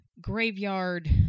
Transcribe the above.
graveyard